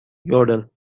yodel